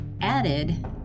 added